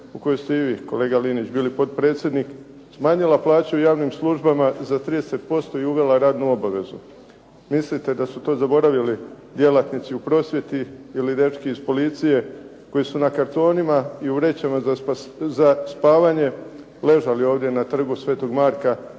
u kojoj ste i vi kolega Linić bili potpredsjednik smanjila plaću javnim službama za 30% i uvela radnu obavezu. Mislite da su to zaboravili djelatnici u prosvjeti ili dečki iz policije koji su na kartonima i u vrećama za spavanje ležali ovdje na Trgu Sv. Marka,